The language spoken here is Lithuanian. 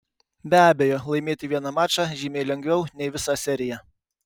be abejo laimėti vieną mačą žymiai lengviau nei visą seriją